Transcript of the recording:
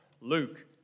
Luke